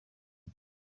him